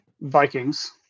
Vikings